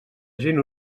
gent